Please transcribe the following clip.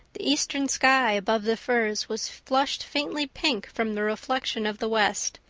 the eastern sky above the firs was flushed faintly pink from the reflection of the west,